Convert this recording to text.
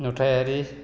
नुथायारि